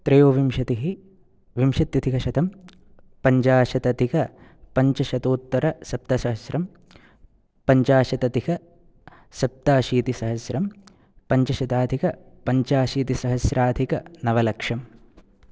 त्रयोविशन्तिः विशन्त्यधिकशतं पञ्चाशतधिकपञ्चाशत्तोतर सप्तसहस्रं पञ्चाशतधिकसप्ताशीतिसहस्रं पञ्चशताधिकपञ्चाशीतिसहस्राधिकनवलक्ष्यं